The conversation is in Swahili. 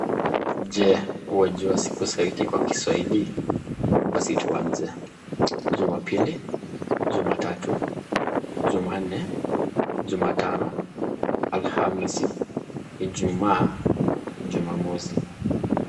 Je wajua siku za wiki kwa kiswahili, basi tuanze, jumapili, jumatatu, jumanne, jumatano, alhamisi, ijumaa jumamosi.